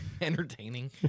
entertaining